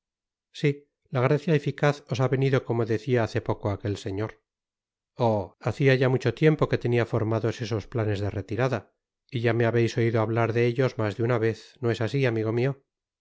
s la gracia eficaz os ha venido como decia hace poco aquel señor oh hacia ya mucho tiempo que tenia formados esos planes de retirada y ya me habeis oido hablar de ellos mas de una vez no es asi amigo mio